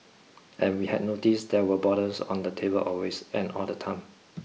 and we had noticed there were bottles on the table always and all the time